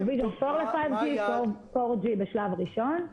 Provision ל-G5, G4 בשלב ראשון.